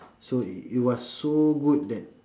so it was so good that